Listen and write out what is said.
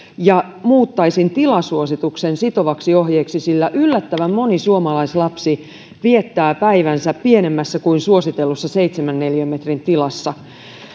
ja muuttaisin tilasuosituksen sitovaksi ohjeeksi sillä yllättävän moni suomalaislapsi viettää päivänsä pienemmässä kuin suositellussa seitsemän neliömetrin tilassa